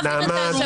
נעמה,